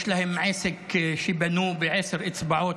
יש להם עסק שבנו בעשר אצבעות,